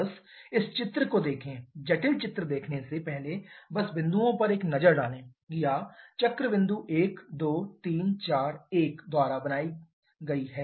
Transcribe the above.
बस इस चित्र को देखें जटिल चित्र देखने से पहले बस बिंदुओं पर एक नज़र डालें या चक्र बिंदु 1 2 3 4 1 द्वारा बनाई गया है